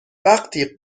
وقتی